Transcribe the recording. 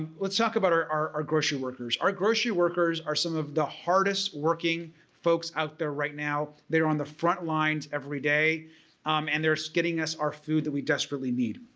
let's talk about our our grocery workers. our grocery workers are some of the hardest-working folks out there right now. they're on the front lines every day um and they're so getting us our food that we desperately need.